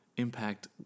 impact